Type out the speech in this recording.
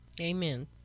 Amen